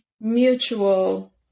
mutual